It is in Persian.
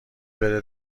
بره